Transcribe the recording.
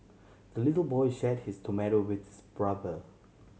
the little boy shared his tomato with his brother